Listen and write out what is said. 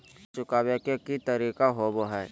Loan चुकाबे के की तरीका होबो हइ?